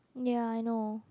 ya I know